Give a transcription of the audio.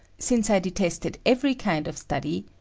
since i detested every kind of study,